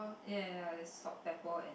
ya ya ya there's salt pepper and